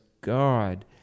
God